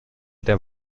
der